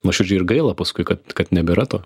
nuoširdžiai ir gaila paskui kad kad nebėra to